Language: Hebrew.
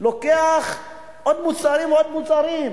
לוקח עוד מוצרים ועוד מוצרים,